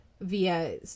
via